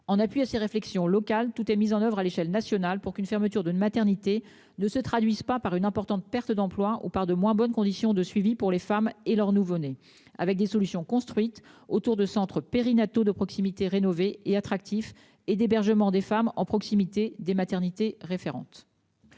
en appui à ces réflexions local. Tout est mis en oeuvre à l'échelle nationale pour qu'une fermeture de maternité ne se traduisent pas par une importante perte d'emploi ou par de moins bonnes conditions de suivi pour les femmes et leurs nouveaux-nés avec des solutions construites autour de centre périnatal de proximité rénovés et attractifs et d'hébergement des femmes en proximité des maternités référente.